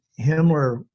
Himmler